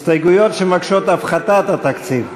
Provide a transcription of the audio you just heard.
הסתייגויות שמבקשות הפחתת התקציב,